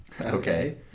okay